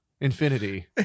infinity